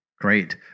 Great